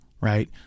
right